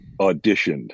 auditioned